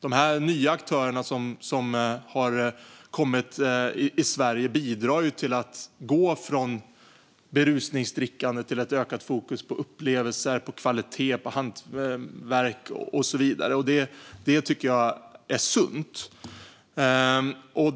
De nya aktörer som har kommit fram i Sverige bidrar till att vi går från berusningsdrickande till ett ökat fokus på upplevelser, kvalitet, hantverk och så vidare. Jag tycker att det är sunt.